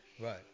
Right